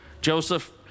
Joseph